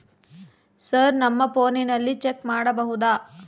Sir ನಮ್ಮ ಫೋನಿನಲ್ಲಿ check ಮಾಡಬಹುದಾ?